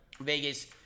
vegas